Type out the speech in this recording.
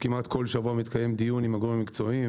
כמעט כל שבוע מתקיים דיון עם הגורמים המקצועיים,